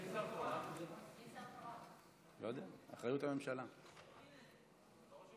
(הישיבה